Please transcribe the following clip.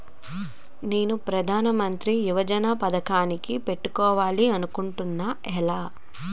నేను ప్రధానమంత్రి యోజన పథకానికి పెట్టుకోవాలి అనుకుంటున్నా ఎలా?